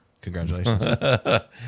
Congratulations